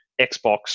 Xbox